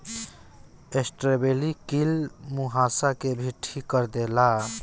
strawberry कील मुंहासा के भी ठीक कर देला